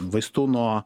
vaistų nuo